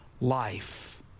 life